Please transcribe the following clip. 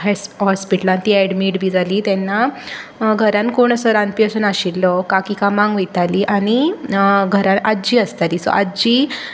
हस होस्पिटलान ती एडमीट बी जाली तेन्ना घरांत कोण असो रांदपी असो नाशिल्लो काकी कामांक वयताली आनी घरान आज्जी आसताली सो आज्जी